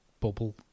bubble